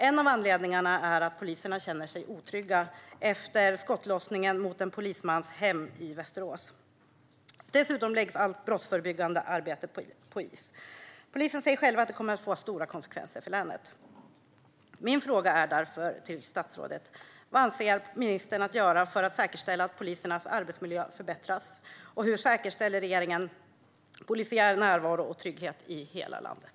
En av anledningarna är att poliserna känner sig otrygga efter skottlossningen mot en polismans hem i Västerås. Dessutom läggs allt brottsförebyggande arbete på is. Polisen säger själv att det kommer att få stora konsekvenser för länet. Mina frågor till statsrådet är därför: Vad avser regeringen att göra för att säkerställa att polisernas arbetsmiljö förbättras? Hur säkerställer regeringen polisiär närvaro och trygghet i hela landet?